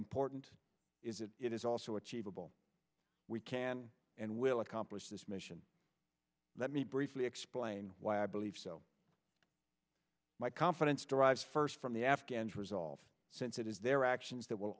important is it it is also achievable we can and will accomplish this mission let me bring we explain why i believe so my confidence derives first from the afghans resolve since it is their actions that will